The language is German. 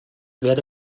werde